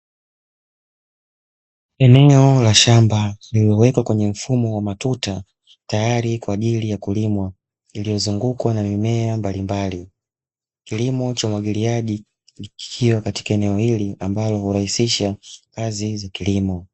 Eneo la shamba lililowekwa kwenye mfumo wa matuta, tayari kwa ajili ya kulimwa, iliyozungukwa na mimea mbalimbali. Kilimo cha umwagiliaji kikiwa katika eneo hili, ambalo hurahisisha kazi za kilimo.